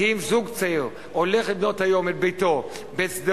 כי אם זוג צעיר הולך לבנות היום את ביתו בשדרות,